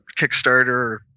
Kickstarter